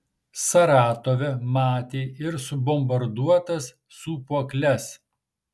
saratove matė ir subombarduotas sūpuokles